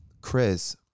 Chris